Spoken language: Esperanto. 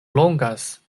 logas